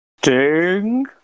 ding